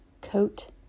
coat